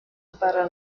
para